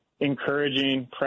Encouraging